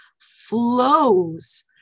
flows